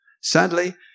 Sadly